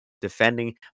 Defending